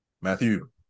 Matthew